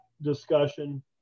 discussion